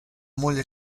moglie